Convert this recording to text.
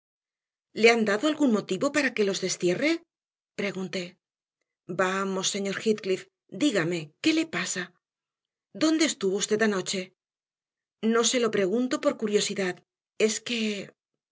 le han dado algún motivo para que los destierre pregunté vamos señor heathcliff dígame qué le pasa dónde estuvo usted anoche no se lo pregunto por curiosidad es que